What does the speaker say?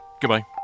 Goodbye